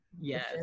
Yes